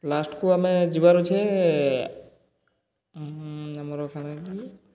ଲାଷ୍ଟ୍କୁ ଆମେ ଯିବାର୍ଅଛେ ଆମର୍ କାଣା କି